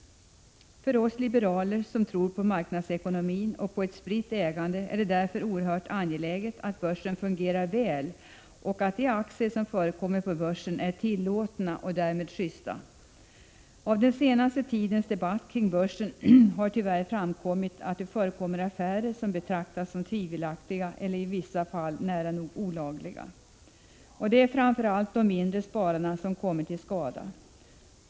1986/87:130 liberaler som tror på marknadsekonomin och på ett spritt ägande är det 25 maj 1987 därför oerhört angeläget att börsen fungerar väl och att de aktiviteter som förekommer på börsen är tillåtna och därmed justa. Av den senaste tidens debatt kring börsen har tyvärr framkommit att det förekommer affärer som betraktas som tvivelaktiga eller i vissa fall nära nog olagliga. Det är framför allt de mindre spararna som blivit lidande.